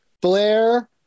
Blair